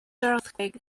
earthquake